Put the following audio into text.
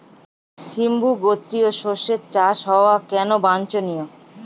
সিম্বু গোত্রীয় শস্যের চাষ হওয়া কেন বাঞ্ছনীয়?